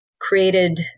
created